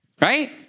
Right